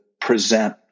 present